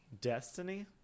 Destiny